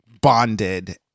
bonded